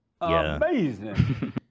amazing